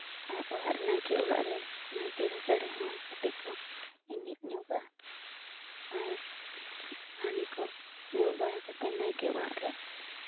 ᱟᱨ ᱚᱲᱟᱜ ᱨᱮ ᱱᱟᱭᱠᱮ ᱚᱲᱟᱜ ᱨᱮ ᱱᱟᱭᱠᱮ ᱨᱟᱪᱟ ᱨᱮᱦᱚᱸ ᱠᱟᱹᱴᱤᱡ ᱠᱚ ᱮᱱᱮᱡ ᱧᱚᱜᱟ ᱟᱨ ᱦᱟᱺᱰᱤ ᱠᱚ ᱧᱩ ᱵᱟᱲᱟ ᱠᱟᱛᱮᱫ ᱱᱟᱭᱠᱮ ᱚᱲᱟᱜ ᱨᱮ